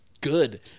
good